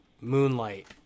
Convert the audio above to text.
Moonlight